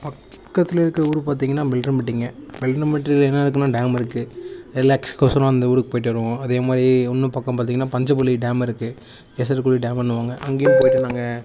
பக்கத்தில் இருக்கிற ஊரு பார்த்திங்கனா பில்ட்ராம்பட்டிங்க என்ன இருக்குதுனா டேம் இருக்குது ரிலாக்ஸ் கொசொரோம் அந்த ஊருக் போயிட்டு வருவோம் அதேமாதிரி இன்னும் பக்கம் பார்த்திங்கனா பஞ்சபள்ளி டேம் இருக்குது எசருக்குழி டேம்முன்னுவாங்க அங்கேயும் போயிட்டு நாங்கள்